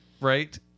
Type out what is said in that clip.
right